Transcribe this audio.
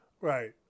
Right